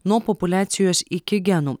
nuo populiacijos iki genų